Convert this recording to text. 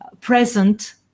present